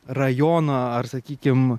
rajono ar sakykim